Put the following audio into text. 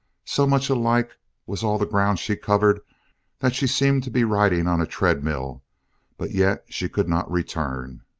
so much alike was all the ground she covered that she seemed to be riding on a treadmill but yet she could not return.